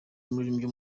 umuririmbyi